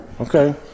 Okay